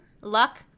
luck